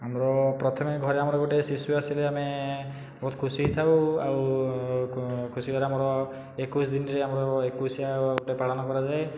ଆମର ପ୍ରଥମେ ଘରେ ଆମର ଗୋଟିଏ ଶିଶୁ ଆସିଲେ ଆମେ ବହୁତ ଖୁସି ହୋଇଥାଉ ଆଉ ଖୁସି ଆମର ଏକୋଇଶ ଦିନରେ ଆମର ଏକୋଇଶିଆ ଗୋଟିଏ ପାଳନ କରାଯାଏ